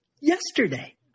yesterday